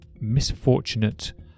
misfortunate